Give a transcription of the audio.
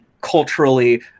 culturally